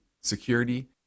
security